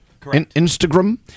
Instagram